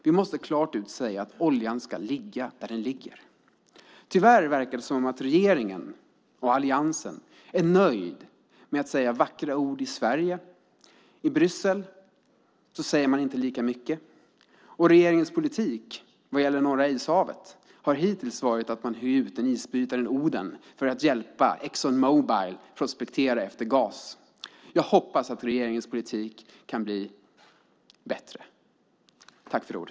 Vi måste klart ut säga att oljan ska ligga där den ligger. Tyvärr verkar det som om regeringen och alliansen är nöjda med att säga vackra ord i Sverige. I Bryssel säger de inte lika mycket. Regeringens politik vad gäller Norra ishavet har hittills varit att man hyr ut isbrytaren Oden för att hjälpa Exxon Mobil prospektera efter gas. Jag hoppas att regeringens politik kan bli bättre.